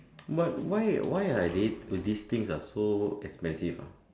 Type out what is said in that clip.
but why why are they these things are so expensive ah